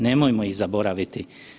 Nemojmo ih zaboraviti.